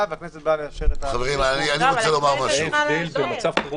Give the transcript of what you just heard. והכנסת באה לאשר --- זה ההבדל בין מצב חירום